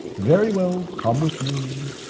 very well, come with me.